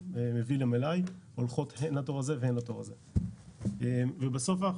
מביא למלאי הולכות הן לתור הזה והן לתור הזה ובסוף אנחנו